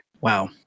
Wow